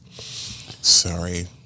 sorry